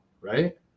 right